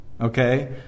okay